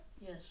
Yes